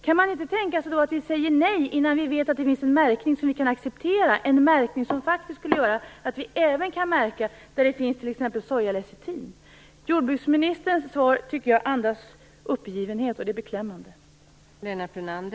Kan man inte tänka sig att vi säger nej innan vi vet att det finns en märkning som vi kan acceptera, en märkning som faktiskt skulle göra att vi även kan märka produkter där det finns t.ex. Jordbruksministerns svar tycker jag andas uppgivenhet, och det är beklämmande.